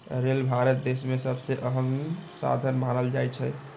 rail Bharat देश में सबसे अहम साधन मानल जाई छई